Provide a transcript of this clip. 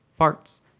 Farts